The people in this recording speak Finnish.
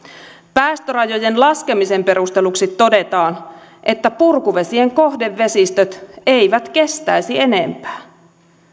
päästörajojen laskemisen perusteluksi todetaan että purkuvesien kohdevesistöt eivät kestäisi enempää